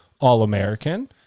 All-American